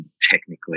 technically